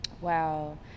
wow